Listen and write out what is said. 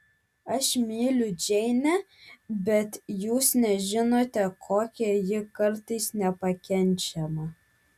aš myliu džeinę bet jūs nežinote kokia ji kartais nepakenčiama